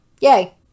Yay